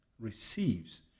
receives